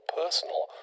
personal